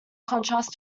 contrast